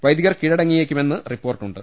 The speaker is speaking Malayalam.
വൈദികർ കീഴടങ്ങിയേക്കു മെന്ന് റിപ്പോർട്ടുണ്ട്